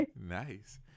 Nice